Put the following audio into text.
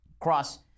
cross-